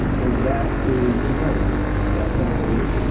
and that is intelligence, that's all it is.